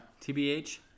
TBH